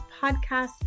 podcast